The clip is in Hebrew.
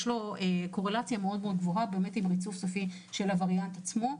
קורלציה מאוד גבוהה עם ריצוף סופי של הווריאנט עצמו.